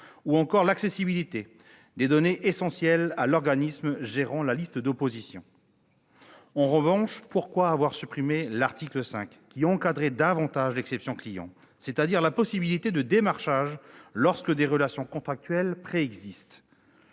ou encore l'accessibilité des données essentielles de l'organisme gérant la liste d'opposition. En revanche, pourquoi avoir supprimé l'article 5 qui encadrait davantage l'exception client, c'est-à-dire la possibilité de démarchage lorsque des relations contractuelles préexistent ?